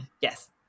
Yes